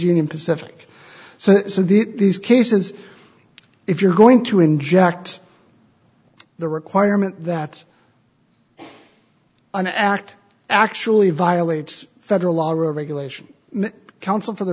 union pacific so said these cases if you're going to inject the requirement that an act actually violates federal law regulation counsel for the